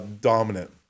dominant